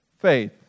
faith